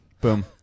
Boom